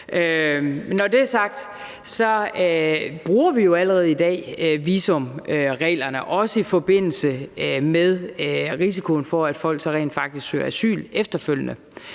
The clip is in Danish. når det er sagt, bruger vi jo allerede i dag visumreglerne, også i forbindelse med risikoen for, at folk så rent faktisk søger asyl efterfølgende.